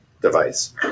device